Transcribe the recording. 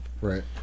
Right